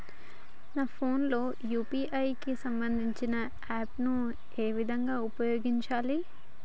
నా ఫోన్ లో యూ.పీ.ఐ కి సంబందించిన యాప్ ను ఏ విధంగా ఉపయోగించాలి?